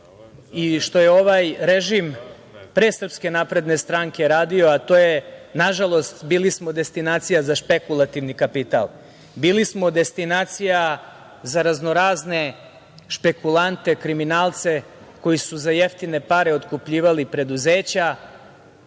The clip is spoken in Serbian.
i što je ovaj režim pre SNS radio, a to je, nažalost, bili smo destinacija za spekulativni kapital, bili smo destinacija za raznorazne spekulante, kriminalce koji su za jeftine pare otkupljivali preduzeća,